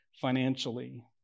financially